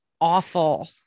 awful